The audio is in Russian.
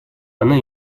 она